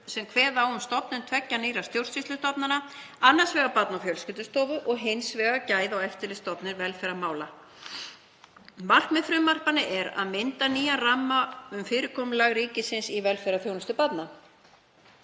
sem kveða á um stofnun tveggja nýrra stjórnsýslustofnana, annars vegar Barna- og fjölskyldustofu og hins vegar Gæða- og eftirlitsstofnunar velferðarmála. Markmið frumvarpanna er að mynda nýjan ramma um fyrirkomulag ríkisins í velferðarþjónustu barna.